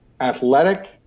athletic